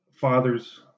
father's